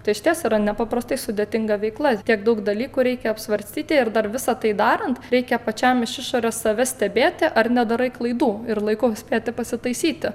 tai išties yra nepaprastai sudėtinga veikla tiek daug dalykų reikia apsvarstyti ir dar visa tai darant reikia pačiam iš išorės save stebėti ar nedarai klaidų ir laiku spėti pasitaisyti